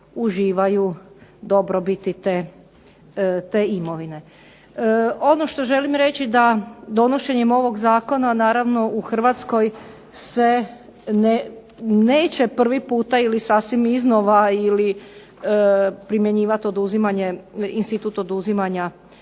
uživaju dobrobiti te imovine. Ono što želim reći da donošenjem ovog zakona naravno u Hrvatskoj se neće prvi puta ili sasvim iznova ili primjenjivati oduzimanje,